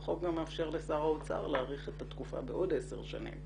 החוק גם מאפשר לשר האוצר להאריך את התקופה בעוד 10 שנים.